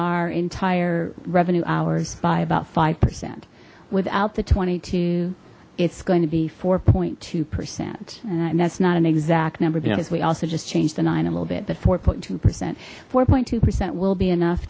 our entire revenue hours by about five percent without the twenty two it's going to be four point two percent and that's not an exact number because we also just changed the nine a little bit but four point two percent four point two percent will be enough